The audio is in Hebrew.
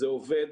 זה עובד.